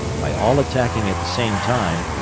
by all attacking at the same time,